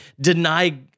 deny